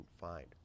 find